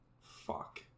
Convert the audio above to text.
Fuck